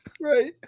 Right